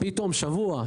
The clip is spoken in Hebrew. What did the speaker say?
ופתאום תוך שבוע,